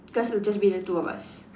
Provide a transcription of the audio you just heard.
just will just be the two of us